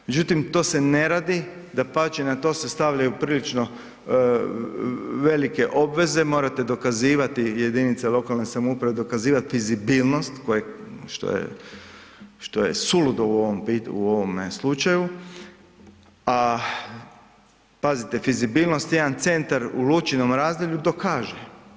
Međutim, to se ne radi, dapače, na to se stavljaju prilično velike obveze, morate dokazivati jedinice lokalne samouprave dokazivati fizibilnost što je suludo u ovome slučaju, a pazite fizibilnost jedan centar u Lučinom razdolju dokaže.